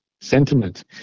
sentiment